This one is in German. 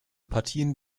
partien